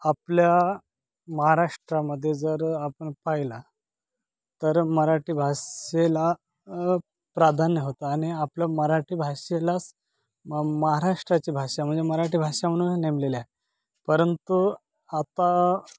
आपल्या महाराष्ट्रामध्ये जर आपण पाहिला तर मराठी भाषेला प्राधान्य होतं आणि आपलं मराठी भाषेलाच म महाराष्ट्राची भाषा म्हणजे मराठी भाषा म्हणून नेमलेली आहे परंतु आता